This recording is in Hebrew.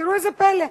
תראו איזה פלא.